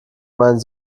meinen